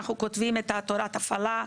אנחנו כותבים את תורת ההפעלה,